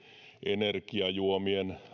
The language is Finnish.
energiajuomien